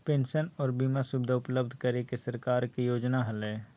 pension आर बीमा सुविधा उपलब्ध करे के सरकार के योजना हलय